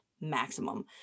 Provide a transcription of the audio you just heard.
maximum